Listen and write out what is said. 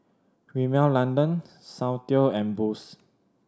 Rimmel London Soundteoh and Boost